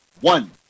one